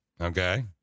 Okay